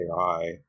AI